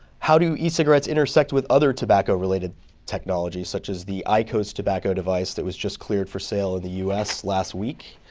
how do e-cigarettes intersect with other tobacco related technologies, such as the iqos tobacco device that was just cleared for sale in the us last week?